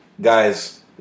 guys